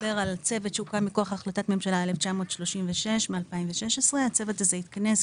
צוות שהוקם מכוח החלטת ממשלה 1936 משנת 2016. הצוות הזה התכנס,